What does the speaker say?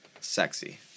Sexy